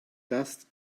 dust